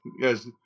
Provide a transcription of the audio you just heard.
Yes